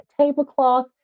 tablecloth